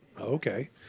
okay